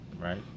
right